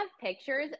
pictures